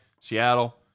Seattle